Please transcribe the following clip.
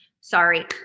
Sorry